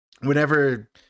whenever